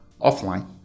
offline